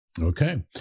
Okay